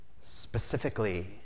specifically